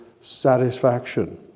satisfaction